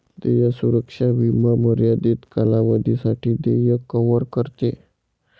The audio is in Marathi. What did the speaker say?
देय सुरक्षा विमा मर्यादित कालावधीसाठी देय कव्हर करते